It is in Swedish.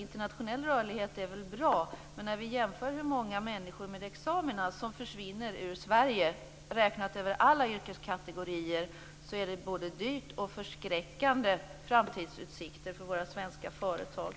Internationell rörlighet är väl bra, men när vi undersöker hur många människor med examina som försvinner ur Sverige räknat över alla yrkeskategorier ser vi att det är både dyra och förskräckande framtidsutsikter för våra svenska företag.